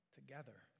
together